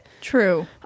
True